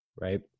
right